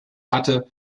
hatte